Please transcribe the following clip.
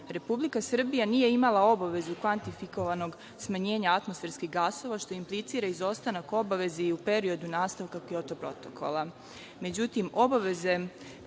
godinu. Republika Srbija nije imala obavezu kvantifikovanog smanjenja atmosferskih gasova, što implicira izostanak obaveze i u periodu nastavka Kjoto protokola.